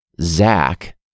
Zach